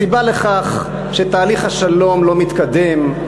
הסיבה לכך שתהליך השלום לא מתקדם,